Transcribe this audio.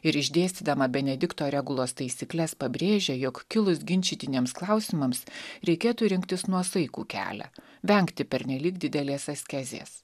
ir išdėstydama benedikto regulos taisykles pabrėžia jog kilus ginčytiniems klausimams reikėtų rinktis nuosaikų kelią vengti pernelyg didelės askezės